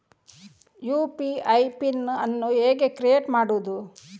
UPI pin ಅನ್ನು ಹೇಗೆ create ಮಾಡುದು?